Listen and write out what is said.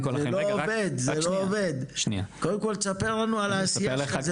זה לא עובד! קודם כל תספר לנו על העשייה שלך,